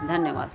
ਧੰਨਵਾਦ